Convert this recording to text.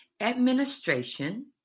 Administration